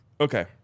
Okay